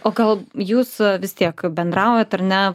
o gal jūs vis tiek bendraujat ar ne